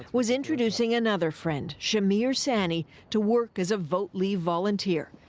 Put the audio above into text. was introducing another friend shahmir sanni to work as a vote leave volunteer.